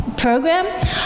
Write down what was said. program